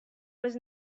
was